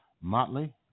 Motley